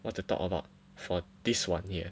what to talk about for this one here